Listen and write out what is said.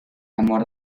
amor